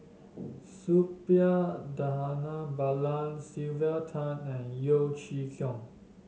Suppiah Dhanabalan Sylvia Tan and Yeo Chee Kiong